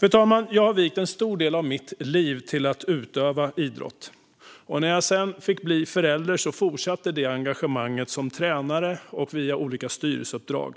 Fru talman! Jag har vigt en stor del av mitt liv åt att utöva idrott. När jag blev förälder fortsatte engagemanget som tränare och via olika styrelseuppdrag.